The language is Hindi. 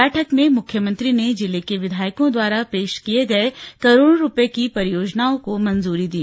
बैठक में मुख्यमंत्री ने जिले के विधायकों द्वारा पेश करोड़ों रुपए की परियोजनओं को मंजूरी दी